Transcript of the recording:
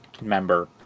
member